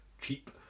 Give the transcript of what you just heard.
cheap